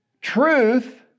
truth